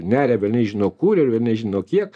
neria velniai žino kur ir nežino kiek